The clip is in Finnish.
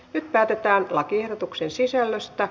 nyt päätetään lakiehdotusten sisällöstä